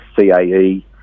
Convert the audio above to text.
CAE